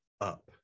up